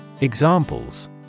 Examples